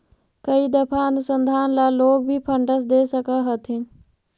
कई दफा अनुसंधान ला लोग भी फंडस दे सकअ हथीन